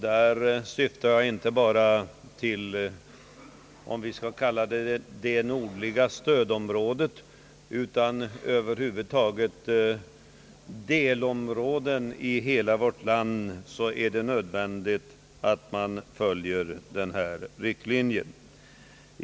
Jag syftar då inte bara till vad man kan kalla det nordliga stödområdet, utan över huvud taget på delområden i hela vårt land. För dessa områden är det nödvändigt att man följer denna riktlinje.